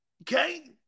okay